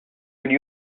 could